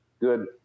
good